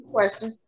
Question